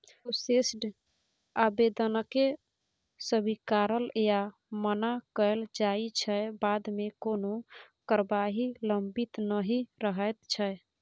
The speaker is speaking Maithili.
प्रोसेस्ड आबेदनकेँ स्वीकारल या मना कएल जाइ छै बादमे कोनो कारबाही लंबित नहि रहैत छै